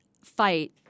fight